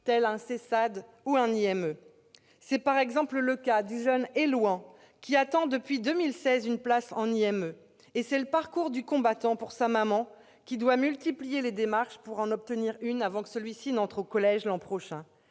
Tel est par exemple le cas du jeune Élouan, qui attend depuis 2016 une place en IME. C'est le parcours du combattant pour sa maman, qui doit multiplier les démarches pour lui en obtenir une, avant qu'il n'entre au collège, l'an prochain.